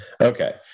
Okay